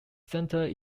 centre